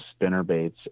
spinnerbaits